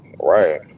Right